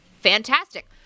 Fantastic